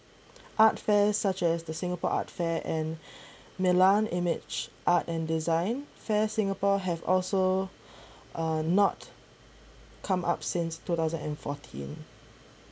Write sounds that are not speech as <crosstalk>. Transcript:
art fairs such as the singapore art fair <breath> and milan image art and design fair singapore have also uh not come up since two thousand and fourteen